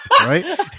right